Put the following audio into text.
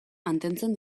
mantentzen